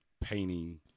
painting